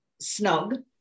snug